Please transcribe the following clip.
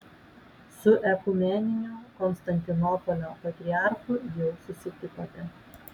su ekumeniniu konstantinopolio patriarchu jau susitikote